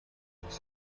entre